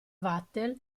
vatel